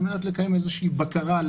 חוק ומשפט על מנת לקיים איזושהי בקרה על